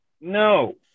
no